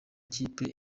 kipe